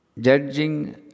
Judging